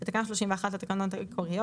10. בתקנה 31 לתקנות העיקריות,